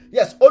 Yes